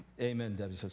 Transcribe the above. Amen